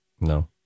No